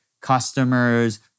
customers